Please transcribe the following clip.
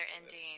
ending